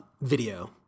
video—